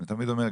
אני תמיד אומר,